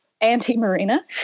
anti-Marina